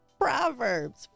Proverbs